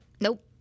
Nope